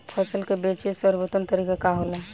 फसल के बेचे के सर्वोत्तम तरीका का होला?